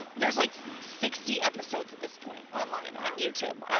there's like sixty episodes at this point, online on youtube,